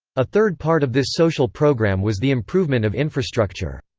a third part of this social program was the improvement of infrastructure.